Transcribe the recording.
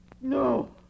No